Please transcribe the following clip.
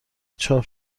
چاپ